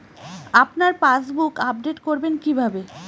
আপনার passbook update করবেন কিভাবে?